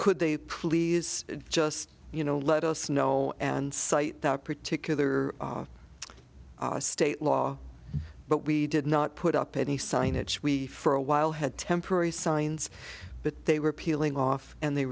could they please just you know let us know and cite that particular state law but we did not put up any signage we for a while had temporary signs but they were peeling off and they